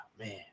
man